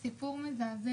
זה סיפור מזעזע.